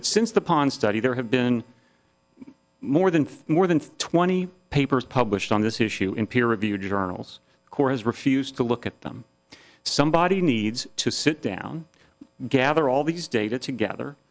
but since the pond study there have been more than three more than twenty papers published on this issue in peer reviewed journals corps has refused to look at them somebody needs to sit down gather all these data together